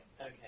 Okay